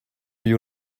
you